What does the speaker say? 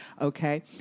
okay